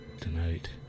tonight